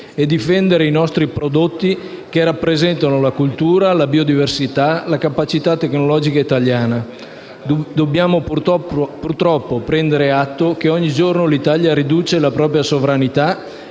e difendere i nostri prodotti che rappresentano la cultura, la biodiversità e la capacità tecnologica italiana. Dobbiamo, purtroppo, prendere atto che, ogni giorno, l'Italia riduce la propria sovranità